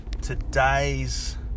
today's